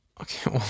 Okay